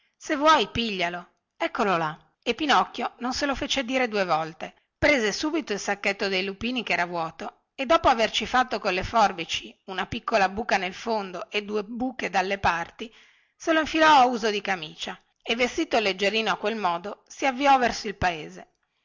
se vuoi piglialo eccolo là e pinocchio non se lo fece dire due volte prese subito il sacchetto dei lupini che era vuoto e dopo averci fatto colle forbici una piccola buca nel fondo e due buche dalle parti se lo infilò a uso camicia e vestito leggerino a quel modo si avviò verso il paese